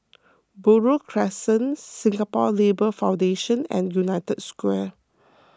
Buroh Crescent Singapore Labour Foundation and United Square